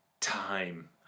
time